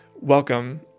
Welcome